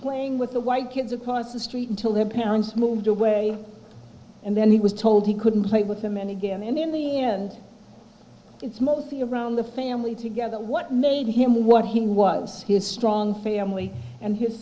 playing with the white kids across the street until their parents moved away and then he was told he couldn't play with them and again and in the end it's mostly around the family together what made him what he was his strong family and his